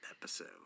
episode